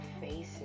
faces